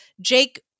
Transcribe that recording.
Jake